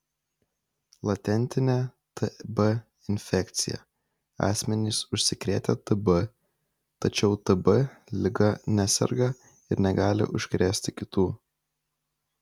latentinė tb infekcija asmenys užsikrėtę tb tačiau tb liga neserga ir negali užkrėsti kitų